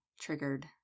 triggered